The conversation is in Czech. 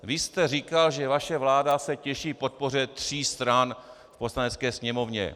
Vy jste říkal, že vaše vláda se těší podpoře tří stran v Poslanecké sněmovně.